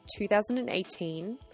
2018